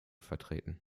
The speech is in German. vertreten